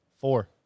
Four